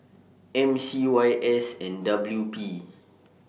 M C Y S and W P